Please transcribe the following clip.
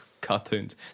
cartoons